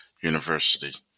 University